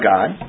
God